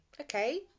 okay